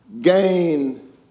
gain